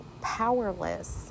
powerless